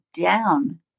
down